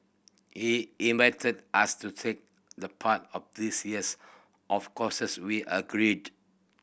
he invited us to take the part of this years of courses we agreed